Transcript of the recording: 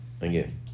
again